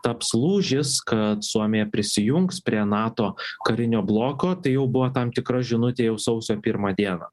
taps lūžis kad suomija prisijungs prie nato karinio bloko tai jau buvo tam tikra žinutė jau sausio pirmą dieną